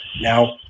now